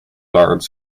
large